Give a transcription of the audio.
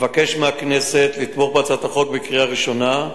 אבקש מהכנסת לתמוך בהצעת החוק בקריאה ראשונה,